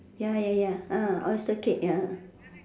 ya ya ya ah oh it's the cake ya